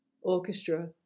orchestra